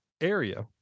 area